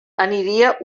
aniria